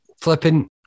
flipping